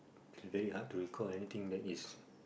it very hard to recall anything that is